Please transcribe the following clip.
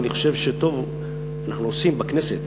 ואני חושב שטוב אנחנו עושים בכנסת